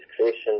creation